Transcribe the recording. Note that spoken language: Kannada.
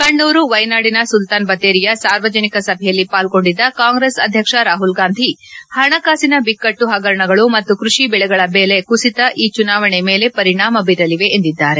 ಕಣ್ಣೂರು ವಯನಾಡಿನ ಸುಲ್ತಾನ್ ಬಥೇರಿಯ ಸಾರ್ವಜನಿಕ ಸಭೆಯಲ್ಲಿ ಪಾಲ್ಗೊಂಡಿದ್ದ ಕಾಂಗ್ರೆಸ್ ಅಧ್ಯಕ್ಷ ರಾಹುಲ್ ಗಾಂಧಿ ಹಣಕಾಸಿನ ಬಿಕ್ಕಟ್ಟು ಹಗರಣಗಳು ಮತ್ತು ಕೃಷಿ ಬೆಳೆಗಳ ಬೆಲೆ ಕುಸಿತ ಈ ಚುನಾವಣೆ ಮೇಲೆ ಪರಿಣಾಮ ಬೀರಲಿವೆ ಎಂದಿದ್ದಾರೆ